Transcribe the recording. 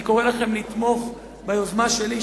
אני קורא לכם לתמוך ביוזמה שלי,